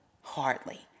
hardly